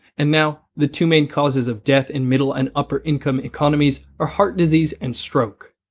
and now the two main causes of death in middle and upper income economies are heart disease and stroke.